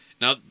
now